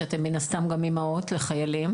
שאתן מין הסתם גם אימהות לחיילים.